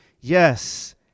Yes